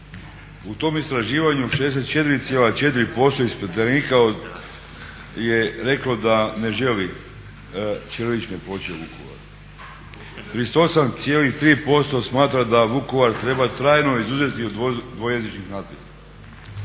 U tom istraživanju 64,4% ispitanika je reklo da ne želi ćirilične ploče u Vukovaru. 38,3% smatra da Vukovar treba trajno izuzeti od dvojezičnih natpisa